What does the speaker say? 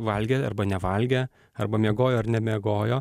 valgė arba nevalgė arba miegojo ar nemiegojo